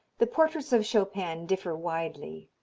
the portraits of chopin differ widely.